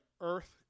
Earth